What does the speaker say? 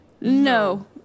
No